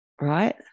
right